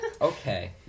Okay